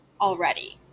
already